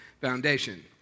foundation